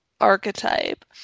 archetype